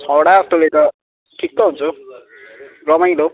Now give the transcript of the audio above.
छवटा जस्तोले त ठिक्क हुन्छ हो रमाइलो